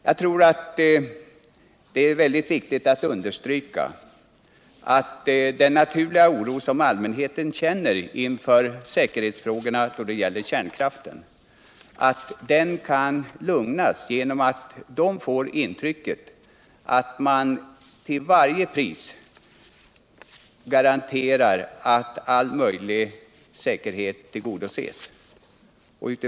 Jag tror att det är viktigt att understryka att den naturliga oro som allmänheten känner inför säkerhetsfrågorna i samband med kärnkraften kan lugnas genom att människorna garanteras att alla rimliga säkerhetskrav till varje pris tillgodoses.